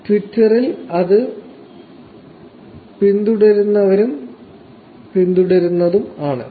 ട്വിറ്ററിൽ അത് പിന്തുടരുന്നവരും പിന്തുടരുന്നതും ആണ്